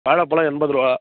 வாழப்பலம் எண்பது ரூபா